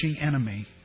enemy